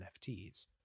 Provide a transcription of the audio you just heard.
NFTs